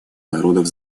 народов